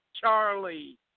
Charlie